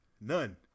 None